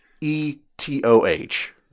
E-T-O-H